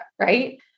right